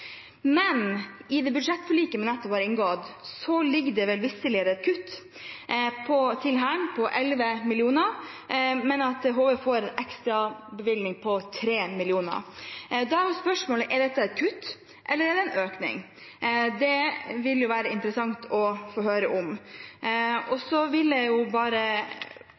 Men i det budsjettforliket man nettopp har inngått, ligger det visselig et kutt til Hæren på 11 mill. kr, men at HV får en ekstrabevilgning på 3 mill. kr. Da er spørsmålet: Er dette et kutt, eller er det en økning? Det ville være interessant å få høre. Så vil jeg